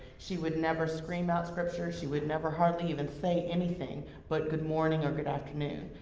she would never scream out scriptures, she would never hardly even say anything but good morning or good afternoon.